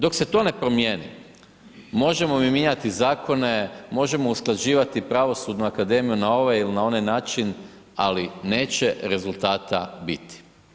Dok se to ne promijeni, možemo mi mijenjati zakone, možemo usklađivati pravosudnu akademiju na ovaj ili na onaj način, ali neće rezultata biti.